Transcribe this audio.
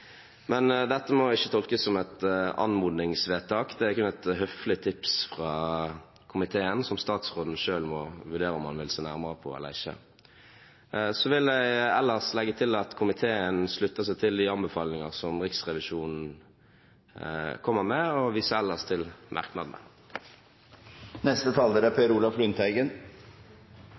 Men dette må ikke tolkes som et anmodningsvedtak. Det er kun et høflig tips fra komiteen, som statsråden selv må vurdere om han vil se nærmere på eller ikke. Jeg vil ellers legge til at komiteen slutter seg til de anbefalinger som Riksrevisjonen kommer med, og jeg viser til merknadene. Jeg vil takke saksordføreren for arbeidet og for innledninga. Det er